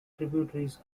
tributaries